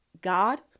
God